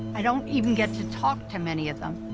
i don't even get to talk to many of them.